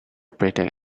predict